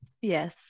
yes